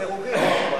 לסירוגין.